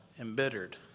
embittered